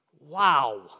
Wow